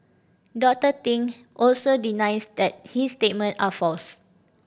Doctor Ting also denies that his statement are false